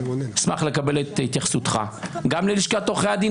אשמח לקבל את התייחסותך גם ללשכת עורכי הדין